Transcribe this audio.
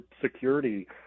security